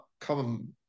come